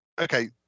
Okay